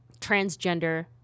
transgender